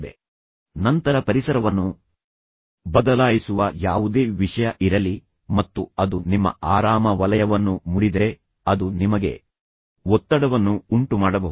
ತದನಂತರ ಸಾಮಾನ್ಯ ಪರಿಸರದಲ್ಲಿ ನಾನು ಹೇಳಿದಂತೆ ಪರಿಸರವನ್ನು ಬದಲಾಯಿಸುವ ಯಾವುದೇ ವಿಷಯ ಇರಲಿ ಮತ್ತು ಅದು ನಿಮ್ಮ ಆರಾಮ ವಲಯವನ್ನು ಮುರಿದರೆ ಅದು ನಿಮಗೆ ಒತ್ತಡವನ್ನು ಉಂಟುಮಾಡಬಹುದು